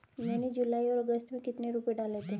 मैंने जुलाई और अगस्त में कितने रुपये डाले थे?